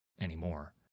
anymore